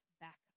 back